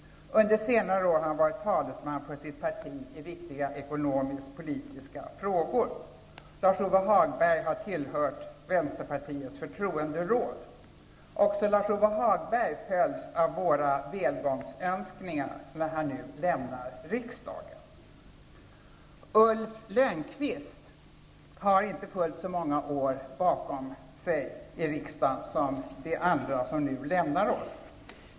Under senare år har han varit talesman för sitt parti i viktiga ekonomisk-politiska frågor. Lars-Ove Hagberg har tillhört Vänsterpartiets förtroenderåd. Även Lars Ove Hagberg följs av våra välgångsönskningar när han nu lämnar riksdagen. Ulf Lönnqvist har inte fullt så många år bakom sig i riksdagen som de andra som nu lämnar oss.